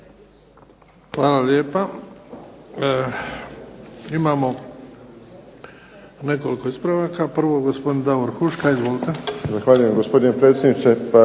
Hvala lijepa. Imamo nekoliko ispravaka. Prvo je gospodin Davor Huška. Izvolite.